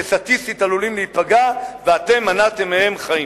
שסטטיסטית עלולים להיפגע ואתם מנעתם מהם חיים?